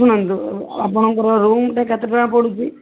ଶୁଣନ୍ତୁ ଆପଣଙ୍କର ରୁମ୍ଟା କେତେ ଟଙ୍କା ପଡ଼ୁଛି